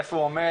איפה הוא עומד,